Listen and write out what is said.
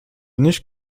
nicht